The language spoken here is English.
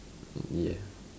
yeah